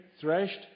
threshed